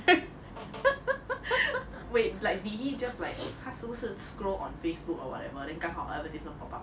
wait like did he just like 他是不是 scroll on facebook or whatever then 刚好 advertisement pop up